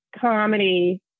comedy